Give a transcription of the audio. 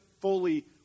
fully